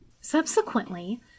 Subsequently